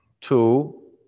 Two